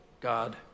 God